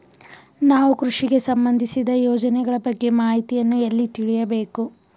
ನಾವು ಕೃಷಿಗೆ ಸಂಬಂದಿಸಿದ ಯೋಜನೆಗಳ ಬಗ್ಗೆ ಮಾಹಿತಿಯನ್ನು ಎಲ್ಲಿ ತಿಳಿಯಬೇಕು?